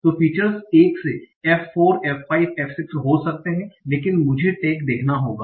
तो फीचर्स 1 से f 4 f 5 f 6 हो सकते हैं लेकिन अब मुझे टैग देखना होगा